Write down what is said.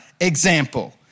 example